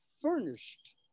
furnished